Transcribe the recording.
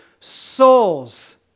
souls